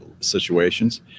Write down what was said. situations